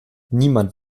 niemand